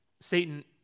Satan